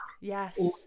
yes